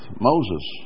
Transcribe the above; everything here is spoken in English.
Moses